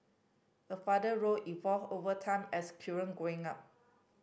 a father role evolve over time as children grow up